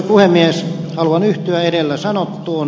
haluan yhtyä edellä sanottuun